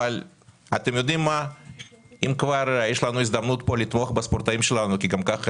אבל אם כבר יש לנו הזדמנות לתמוך בספורטאים שלנו כי הם